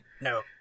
No